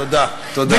תודה, תודה.